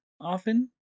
often